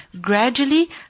Gradually